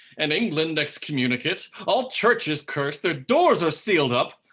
and england excommunicate, all churches cursed, their doors are sealed up,